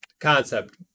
concept